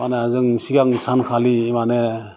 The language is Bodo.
मा होनो जों सिगां सानखालि मा होनो